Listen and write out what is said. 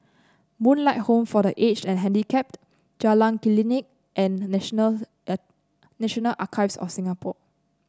Moonlight Home for The Aged And Handicapped Jalan Klinik and National National Archives of Singapore